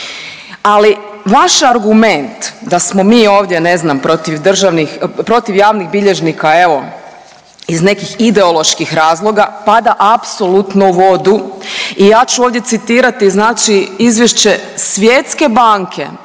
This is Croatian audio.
ali vaš argument da smo mi ovdje ne znam protiv državnih, protiv javnih bilježnika evo iz nekih ideoloških razloga pada apsolutno u vodu i ja ću ovdje citirati znači izvješće Svjetske banke